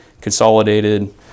consolidated